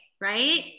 right